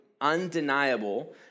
undeniable